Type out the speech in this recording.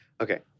Okay